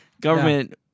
government